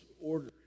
order